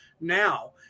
now